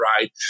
right